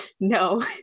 No